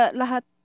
lahat